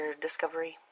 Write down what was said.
discovery